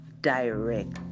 direct